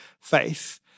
faith